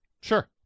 Sure